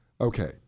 Okay